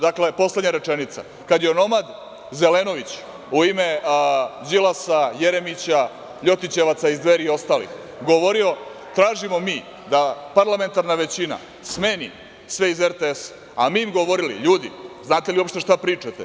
Dakle, kada je onomad Zelenović u ime Đilasa, Jeremića, Ljotićevaca iz Dveri i ostalih, govorio - tražimo mi da parlamentarna većina smeni sve iz RTS, a mi im govorili – ljudi, da li znate uopšte šta pričate?